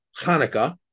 Hanukkah